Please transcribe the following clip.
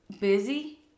busy